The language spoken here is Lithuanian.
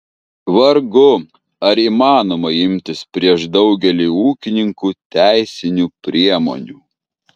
vargu ar įmanoma imtis prieš daugelį ūkininkų teisinių priemonių